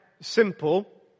Simple